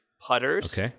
putters